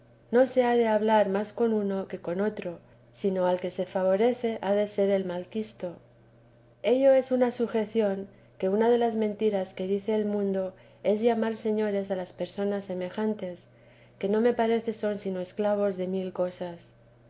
no se ha de hablar más con uno que con otro sino al que se favorece ha de ser el malquisto ello es una sujeción que una de las mentiras que dice el mundo es llamar señores a las personas semejantes que no me parece son sino esclavos de mil cosas